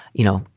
you know,